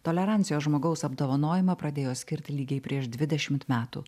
tolerancijos žmogaus apdovanojimą pradėjo skirti lygiai prieš dvidešimt metų